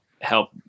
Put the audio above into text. help